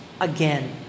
again